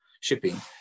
shipping